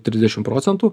trisdešim procentų